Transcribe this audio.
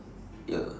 ya